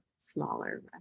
smaller